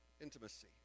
intimacy